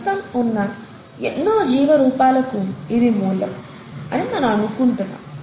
ప్రస్తుతం ఉన్న ఎన్నో జీవ రూపాలకు ఇవి మూలం అని మనం అనుకుంటున్నాము